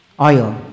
oil